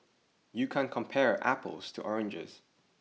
you can't compare apples to oranges